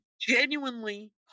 genuinely